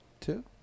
Two